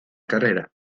carrera